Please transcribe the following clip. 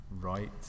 Right